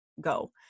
go